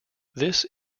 this